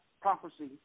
prophecy